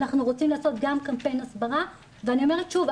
אנחנו רוצים לעשות גם קמפיין הסברה ואני אומרת שוב,